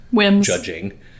judging